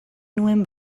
nuen